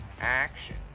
action